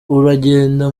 uragenda